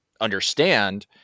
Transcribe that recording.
understand